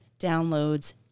downloads